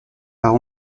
part